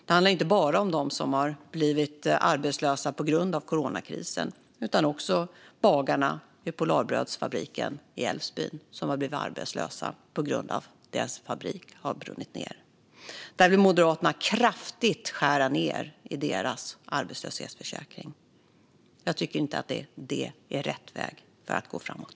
Det handlar dock inte bara om dem som blivit arbetslösa på grund av coronakrisen utan också om bagarna vid Polarbröds fabrik i Älvsbyn, som har blivit arbetslösa för att deras fabrik har brunnit ned. Moderaterna vill skära ned kraftigt i deras arbetslöshetsförsäkring. Jag tycker inte att det är rätt väg framåt.